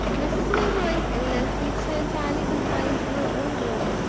mrs. milroy's illness keeps her entirely confined to her own room.